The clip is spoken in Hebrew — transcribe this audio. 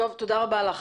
תודה רבה לך,